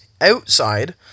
outside